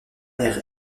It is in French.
air